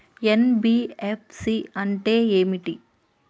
NBFC అంటే ఏమిటి?